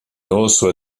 also